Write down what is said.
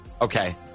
Okay